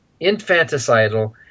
infanticidal